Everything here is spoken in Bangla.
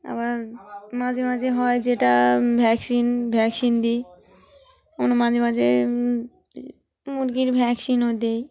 আবার মাঝেমাঝে হয় যেটা ভ্যাকসিন ভ্যাকসিন দিই কখনও মাঝেমাঝে মুরগির ভ্যাকসিনও দিই